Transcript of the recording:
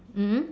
mm